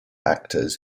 actors